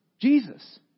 Jesus